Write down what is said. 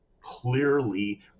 clearly